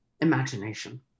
imagination